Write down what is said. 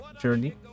journey